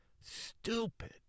Stupid